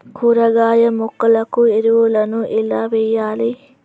కూరగాయ మొక్కలకు ఎరువులను ఎలా వెయ్యాలే?